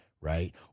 right